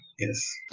Yes